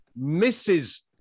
Mrs